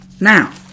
Now